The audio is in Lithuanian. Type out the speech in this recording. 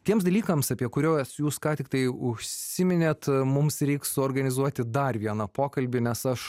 tiems dalykams apie kuriuos jūs ką tik tai užsiminėt mums reiks suorganizuoti dar vieną pokalbį nes aš